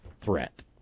threat